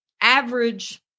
average